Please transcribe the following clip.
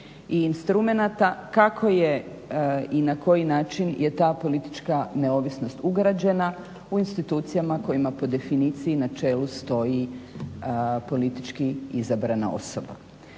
i instrumenata kako je i na koji način je ta politička neovisnost ugrađena u institucijama kojima po definiciji na čelu stoji politički izabrana osoba.